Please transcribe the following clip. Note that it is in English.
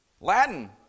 Latin